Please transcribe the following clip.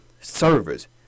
servers